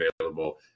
available